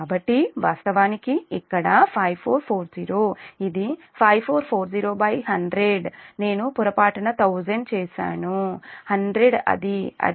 కాబట్టి వాస్తవానికి ఇక్కడ 5440 ఇది 5440100 నేను పొరపాటున 1000 చేసాను 100 అది 100